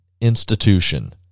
institution